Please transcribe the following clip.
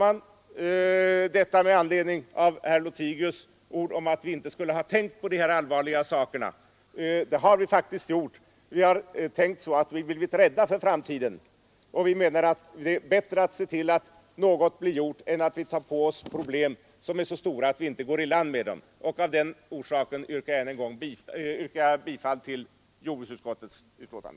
Jag har sagt detta med anledning av herr Lothigius påstående att vi inte skulle ha tänkt på dessa allvarliga saker. Det har vi verkligen gjort. Vi har tänkt så att vi har blivit rädda för framtiden. Det är bättre att se till att något blir gjort än att vi tar på oss problem som är så stora att vi inte går i land med dem. Av den orsaken yrkar jag bifall till jordbruksutskottets betänkande.